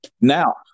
Now